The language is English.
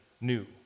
new